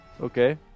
Okay